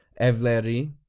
Evleri